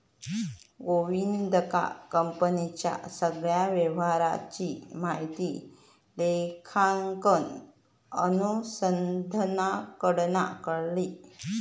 गोविंदका कंपनीच्या सगळ्या व्यवहाराची माहिती लेखांकन अनुसंधानाकडना कळली